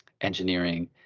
engineering